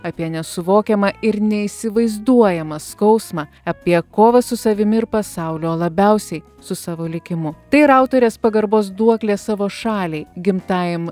apie nesuvokiamą ir neįsivaizduojamą skausmą apie kovą su savimi ir pasauliu o labiausiai su savo likimu tai yra autorės pagarbos duoklė savo šaliai gimtajam